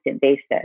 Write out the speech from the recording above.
basis